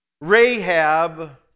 Rahab